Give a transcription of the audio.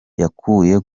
yakuye